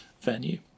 venue